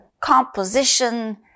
composition